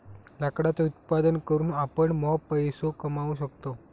लाकडाचा उत्पादन करून आपण मॉप पैसो कमावू शकतव